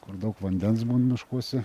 kur daug vandens būna miškuose